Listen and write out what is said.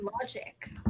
logic